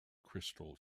crystal